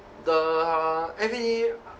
the uh everyday